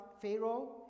Pharaoh